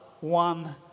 one